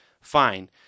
fine